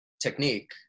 technique